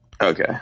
Okay